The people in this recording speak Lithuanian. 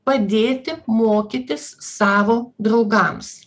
padėti mokytis savo draugams